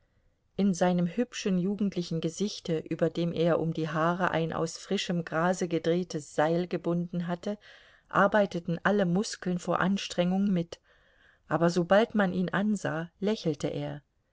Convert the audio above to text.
in seinem hübschen jugendlichen gesichte über dem er um die haare ein aus frischem grase gedrehtes seil gebunden hatte arbeiteten alle muskeln vor anstrengung mit aber sobald man ihn ansah lächelte er